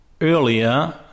earlier